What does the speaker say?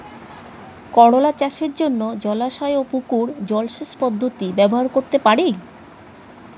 করোলা চাষের জন্য জলাশয় ও পুকুর জলসেচ পদ্ধতি ব্যবহার করতে পারি?